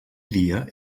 dia